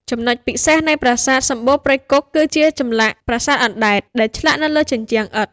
ចំណុចពិសេសនៃប្រាសាទសំបូរព្រៃគុក គឺចម្លាក់ "ប្រាសាទអណ្តែត" ដែលឆ្លាក់នៅលើជញ្ជាំងឥដ្ឋ។